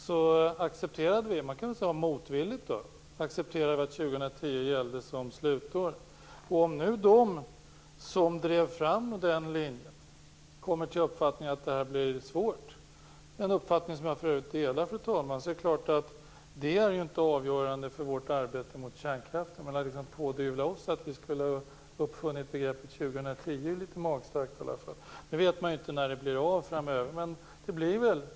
Vi accepterade motvilligt att 2010 skulle gälla som slutår. Om nu de som drev den linjen kommer fram till att det blir svårt - det är för övrigt en uppfattning som jag delar - är det inte avgörande för vårt arbete mot kärnkraften. Att pådyvla oss att vi skulle ha uppfunnit begreppet 2010 är litet magstarkt. Nu vet man inte när avvecklingen blir av.